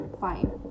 fine